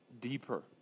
deeper